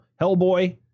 Hellboy